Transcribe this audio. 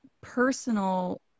personal